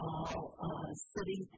All-City